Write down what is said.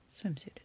swimsuit